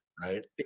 right